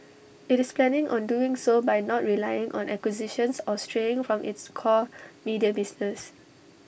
IT is planning on doing so by not relying on acquisitions or straying from its core media business